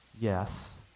yes